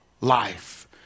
life